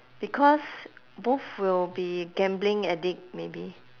because both will be gambling addict maybe